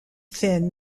thin